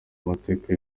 amateka